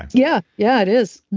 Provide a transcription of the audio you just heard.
yeah. yeah. it is.